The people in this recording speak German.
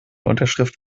unterschrift